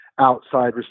outside